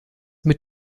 mit